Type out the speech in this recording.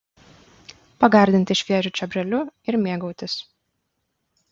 pagardinti šviežiu čiobreliu ir mėgautis